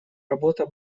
работа